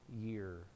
year